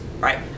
right